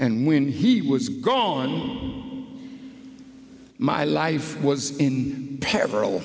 and when he was gone my life was in peril